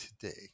today